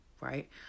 right